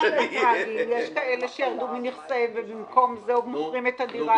יש כאלה שיורדים מנכסיהם ובמקום זה מוכרים את הדירה.